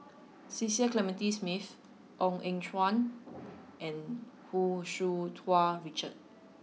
Cecil Clementi Smith Ong Eng Guan and Hu Tsu Tau Richard